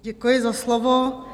Děkuji za slovo.